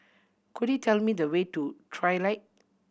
could you tell me the way to Trilight